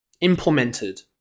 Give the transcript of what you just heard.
implemented